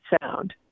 sound